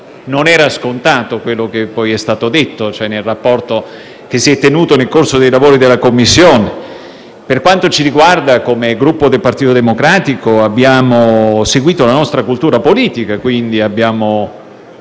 infatti scontato quanto è stato detto rispetto al rapporto che si è tenuto nel corso dei lavori delle Commissioni. Per quanto ci riguarda, come Gruppo Partito Democratico abbiamo seguito la nostra cultura politica, quindi abbiamo